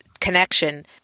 connection